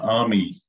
army